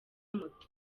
moto